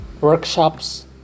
workshops